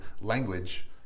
language